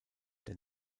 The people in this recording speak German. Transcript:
der